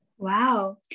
Wow